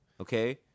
Okay